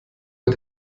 mit